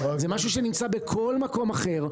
זה משהו שנמצא בכל מקום אחר,